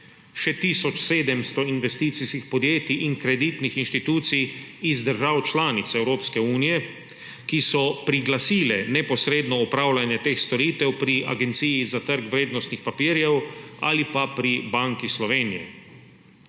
700 investicijskih podjetij in kreditnih institucij iz držav članic Evropske unije, ki so priglasile neposredno opravljanje teh storitev pri Agenciji za trg vrednostnih papirjev ali pa pri Banki Slovenije.